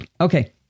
Okay